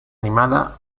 animada